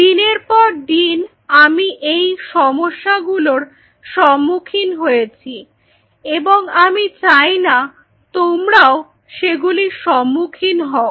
দিনের পর দিন আমি এই সমস্যাগুলোর সম্মুখীন হয়েছি এবং আমি চাইনা তোমরাও সেগুলির সম্মুখীন হও